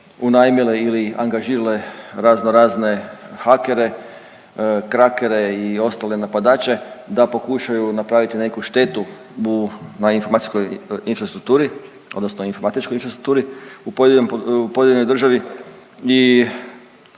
unajmile ili angažirale razno razne hakere, krakere i ostale napadače, da pokušaju napraviti neku štetu u na informacijskoj infrastrukturi odnosno informatičkoj infrastrukturi u pojedinoj državi